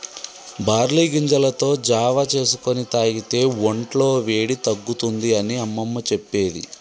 barley గింజలతో జావా చేసుకొని తాగితే వొంట్ల వేడి తగ్గుతుంది అని అమ్మమ్మ చెప్పేది